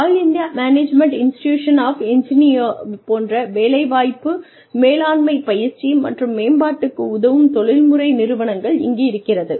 all India management institution of engineer போன்ற வேலைவாய்ப்பு மேலாண்மை பயிற்சி மற்றும் மேம்பாட்டுக்கு உதவும் தொழில்முறை நிறுவனங்கள் இங்கு இருக்கிறது